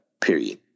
period